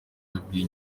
yabwiye